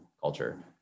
culture